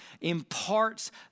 imparts